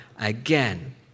again